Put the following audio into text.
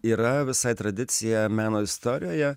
yra visai tradicija meno istorijoje